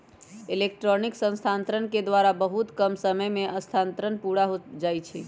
electronic स्थानान्तरण के द्वारा बहुते कम समय में स्थानान्तरण पुरा हो जाइ छइ